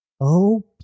Oh